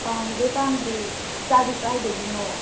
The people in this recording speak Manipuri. ꯄꯥꯡꯒꯦ ꯄꯥꯡꯒꯦ ꯏꯆꯥꯗꯤ ꯀꯥꯏꯗꯒꯤꯅꯣ